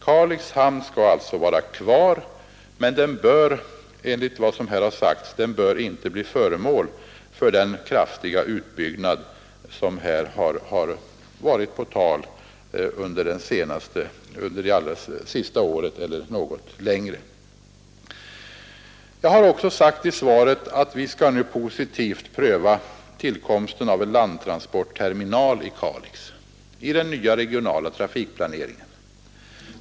Kalix hamn skall alltså vara kvar, men den bör enligt vad som här sagts inte bli föremål för den kraftiga utbyggnad som har varit på tal under det senaste året eller något längre tid. Jag har vidare sagt i svaret att vi skall positivt pröva tillkomsten av en landtransportterminal i Kalix i den nya regionala trafikplaneringen.